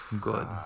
Good